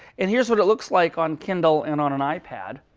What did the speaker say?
and here's what it looks like on kindle and on an ipad.